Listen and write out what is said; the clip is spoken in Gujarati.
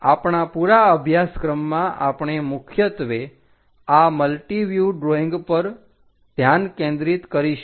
આપણા પુરા અભ્યાસક્રમમાં આપણે મુખ્યત્વે આ મલ્ટિવ્યુહ ડ્રોઈંગ પર ધ્યાન કેન્દ્રિત કરીશું